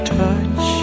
touch